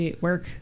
Work